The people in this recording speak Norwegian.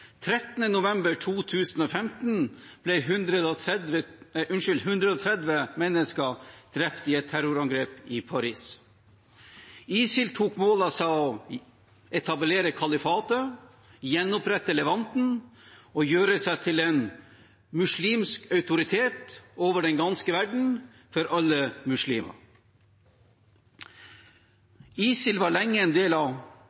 13. november 2015 ble 130 mennesker drept i et terrorangrep i Paris. ISIL tok mål av seg til å etablere kalifatet, gjenopprette Levanten og gjøre seg til en muslimsk autoritet over den ganske verden for alle muslimer. ISIL var lenge en del av